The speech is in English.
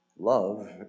love